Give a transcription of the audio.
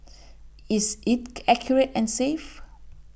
is it accurate and safe